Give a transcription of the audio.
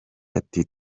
ati